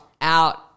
out